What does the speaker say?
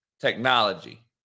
technology